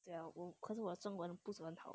对啊我可是我中文不是很好